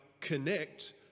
connect